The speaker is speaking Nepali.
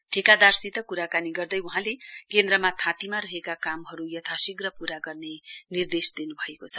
ठेकादारसित क्राकानी गर्दै वहाँले केन्द्रमा थाँतीमा रहेका कामहरू यथाशीध प्रा गर्ने निर्देश दिन्भएको छ